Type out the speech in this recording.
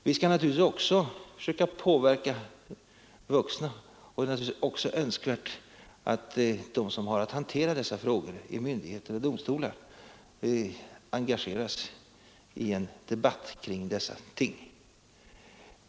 Vi skall naturligtvis också försöka påverka de vuxna och det är givetvis även önskvärt att de som har att hantera dessa frågor i myndigheter och domstolar engageras i en debatt kring problemen.